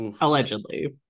allegedly